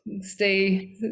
stay